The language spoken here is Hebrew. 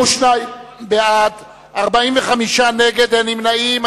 22 בעד, 45 נגד, אין נמנעים.